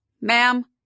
Ma'am